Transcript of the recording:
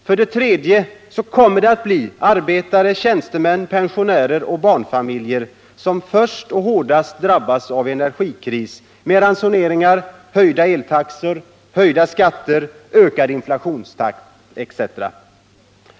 För det tredje blir det arbetare och tjänstemän, pensionärer och barnfamiljer som först och hårdast drabbas av en energikris med ransoneringar, höjda eltaxor, höjda skatter, ökad inflationstakt etc.